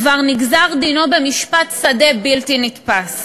כבר נגזר דינו במשפט שדה בלתי נתפס,